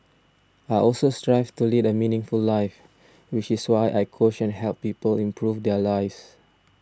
I also strive to lead a meaningful life which is why I coach and help people improve their lives